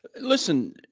Listen